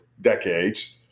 decades